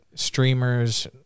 Streamers